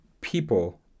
people